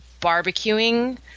barbecuing